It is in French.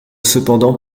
cependant